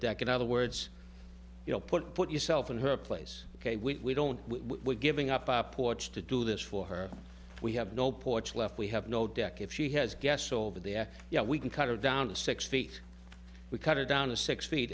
deck in other words you know put put yourself in her place ok with we don't we're giving up our porch to do this for her we have no porch left we have no deck if she has guests over there yeah we can cut her down to six feet we cut it down to six feet